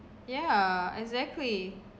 ya exactly